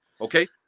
Okay